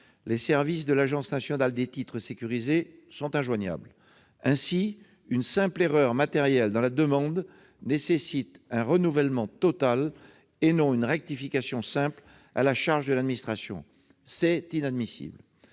Les services de l'Agence nationale des titres sécurisés, l'ANTS, sont injoignables et une simple erreur matérielle dans la demande nécessite un renouvellement total et non une rectification simple à la charge de l'administration. C'est inadmissible